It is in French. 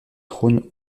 trône